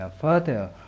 further